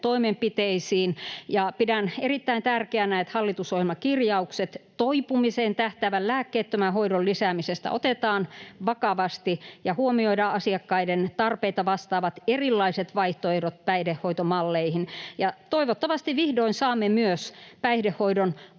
toimenpiteisiin. Pidän erittäin tärkeänä, että hallitusohjelmakirjaukset toipumiseen tähtäävän lääkkeettömän hoidon lisäämisestä otetaan vakavasti ja huomioidaan asiakkaiden tarpeita vastaavat erilaiset vaihtoehdot päihdehoitomalleihin. Toivottavasti vihdoin saamme myös päihdehoidon